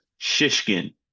Shishkin